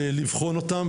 לבחון אותן,